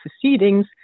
proceedings